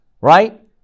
right